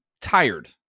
tired